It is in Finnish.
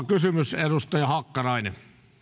kysymys edustaja hakkarainen